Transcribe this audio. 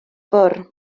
bwrdd